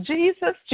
Jesus